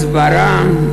הסברה,